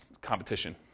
competition